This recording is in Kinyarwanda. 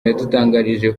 yadutangarije